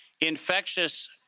infectious